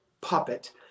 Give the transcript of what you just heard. puppet